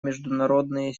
международные